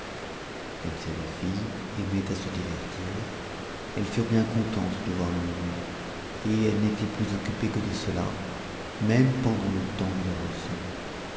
comme ces deux filles aimaient à se divertir elles furent bien contentes de voir le monde et elles n'étaient plus occupées que de cela même pendant le tems de leurs leçons